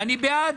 ואני בעד,